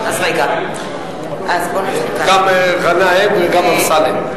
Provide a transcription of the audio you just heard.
גם אמסלם וגם גנאים.